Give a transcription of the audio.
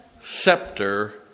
Scepter